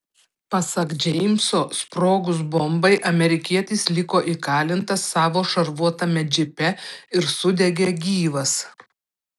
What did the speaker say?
pasak džeimso sprogus bombai amerikietis liko įkalintas savo šarvuotame džipe ir sudegė gyvas